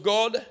God